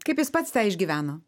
kaip jis pats tą išgyveno